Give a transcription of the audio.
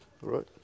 right